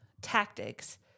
tactics